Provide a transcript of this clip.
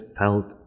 felt